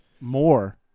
more